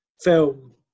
film